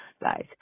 guys